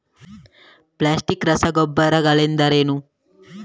Plastic ರಸಗೊಬ್ಬರಗಳೆಂದರೇನು?